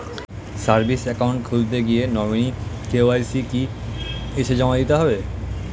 Savings account খুলতে গিয়ে nominee KYC কি এসে জমা দিতে হবে?